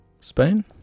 Spain